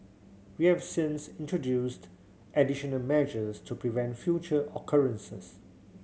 we have since introduced additional measures to prevent future occurrences